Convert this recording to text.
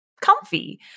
comfy